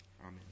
Amen